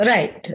Right